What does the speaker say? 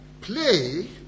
play